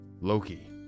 Loki